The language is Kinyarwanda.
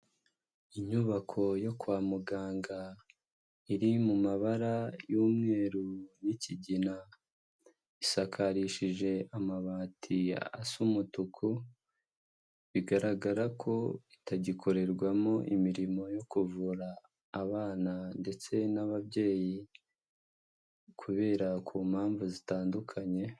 Inyubako yo kwa muganga iri mu mabara y'umweru, n'ikigina, isakarishije amabati asa umutuku, bigaragara ko itagikorerwamo imirimo yo kuvura abana ndetse n'ababyeyi, kubera ku mpamvu zitandukanye.